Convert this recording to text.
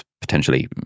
potentially